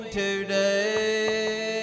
today